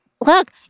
look